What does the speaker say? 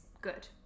good